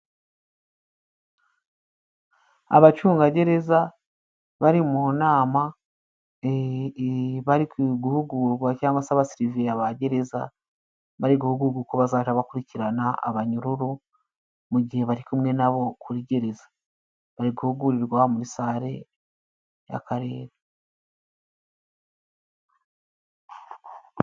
Abacungagereza bari mu nama, bari guhugurwa, cyangwa se abasiriveya ba gereza, bari guhugurwa uko bazajya bakurikirana abanyururu, mu gihe bari kumwe na bo kuri gereza. Bari guhugurirwa muri sare y'Akarere.